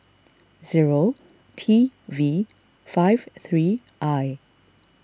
zero T V five three I